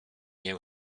nie